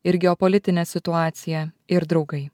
ir geopolitinė situacija ir draugai